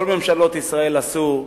כל ממשלות ישראל עשו,